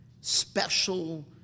special